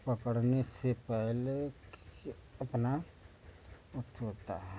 पकड़ने से पहले अपना सब कुछ होता है